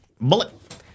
Bullet